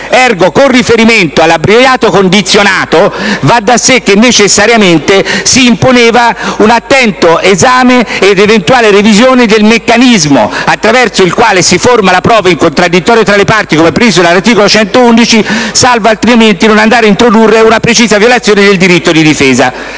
*ergo*, con riferimento all'abbreviato condizionato, va da sé che necessariamente si imponeva un attento esame ed una eventuale revisione del meccanismo attraverso il quale si forma la prova in contraddittorio tra le parti, come previsto all'articolo 111, salvo altrimenti non andare ad introdurre una precisa violazione del diritto di difesa.